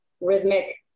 rhythmic